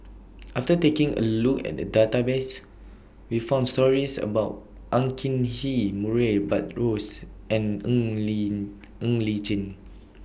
after taking A Look At The Database We found stories about Ang Hin Kee Murray Buttrose and Ng Li Chin